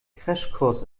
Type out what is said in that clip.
crashkurs